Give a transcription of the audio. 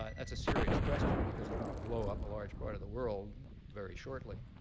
ah that's a serious question because it's going to blow up a large part of the world very shortly,